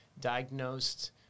diagnosed